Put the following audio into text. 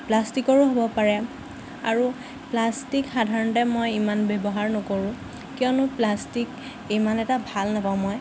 প্লাষ্টিকৰো হ'ব পাৰে আৰু প্লাষ্টিক সাধাৰণতে মই ইমান ব্যৱহাৰ নকৰোঁ কিয়নো প্লাষ্টিক ইমান এটা ভাল নাপাওঁ মই